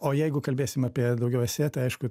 o jeigu kalbėsim apie daugiau esė tai aišku